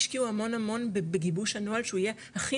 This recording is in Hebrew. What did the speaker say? השקיעו המון המון בגיבוש הנוהל שהוא יהיה הכי